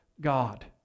God